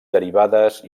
derivades